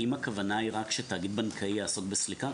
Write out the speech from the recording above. האם הכוונה היא רק שתאגיד בנקאי יעסוק בסליקה?